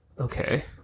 Okay